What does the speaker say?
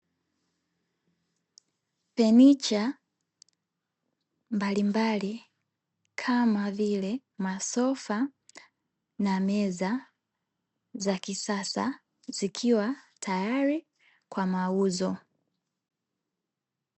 Fenicha mbalimbali kama vile masofa na meza za kisasa, zikiwa tayari kwa mauzo.